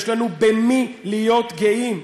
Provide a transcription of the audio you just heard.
יש לנו במי להיות גאים.